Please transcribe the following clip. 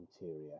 interior